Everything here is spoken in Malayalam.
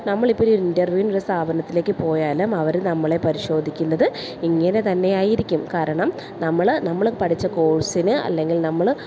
നമ്മൾ ഇപ്പോൾ ഇൻന്റർവ്യൂവിന് ഒരു സ്ഥാപനത്തിലേക്ക് പോയാലും അവർ നമ്മളെ പരിശോധിക്കുന്നത് ഇങ്ങനെ തന്നെയായിരിക്കും കാരണം നമ്മൾ നമ്മൾ പഠിച്ച കോഴ്സിന് അല്ലെങ്കിൽ നമ്മൾ